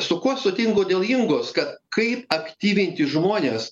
su kuo sutinku dėl ingos kad kaip aktyvinti žmones